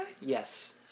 Yes